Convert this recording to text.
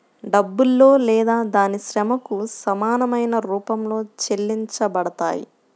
డబ్బులో లేదా దాని శ్రమకు సమానమైన రూపంలో చెల్లించబడతాయి